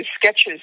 sketches